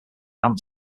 folk